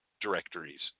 directories